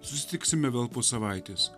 susitiksime vėl po savaitės